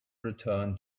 return